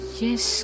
yes